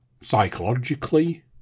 psychologically